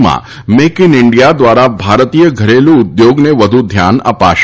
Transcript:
માં make in India દ્વારા ભારતીય ધરેલુ ઉદ્યોગને વધુ ધ્યાન આપશે